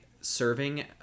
serving